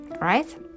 right